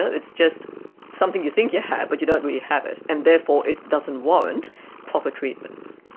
it's just something you think you have but you don't really have it and therefore it doesn't warrant proper treatments.